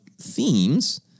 themes